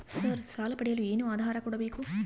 Sir ಸಾಲ ಪಡೆಯಲು ಏನು ಆಧಾರ ಕೋಡಬೇಕು?